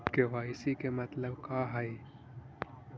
KYC के मतलब का हई?